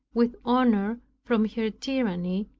with honor from her tyranny,